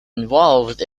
involved